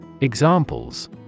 Examples